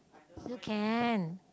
still can